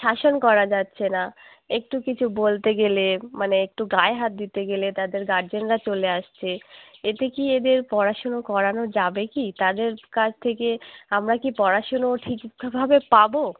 শাসন করা যাচ্ছে না একটু কিছু বলতে গেলে মানে একটু গায়ে হাত দিতে গেলে তাদের গার্জেনরা চলে আসছে এতে কি এদের পড়াশুনো করানো যাবে কি তাদের কাছ থেকে আমরা কি পড়াশুনো ঠিকঠাকভাবে পাবো